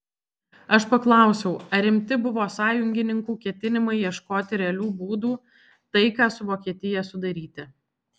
aš paklausiau ar rimti buvo sąjungininkų ketinimai ieškoti realių būdų taiką su vokietija sudaryti